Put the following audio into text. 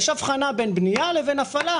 יש אבחנה בין בנייה לבין הפעלה,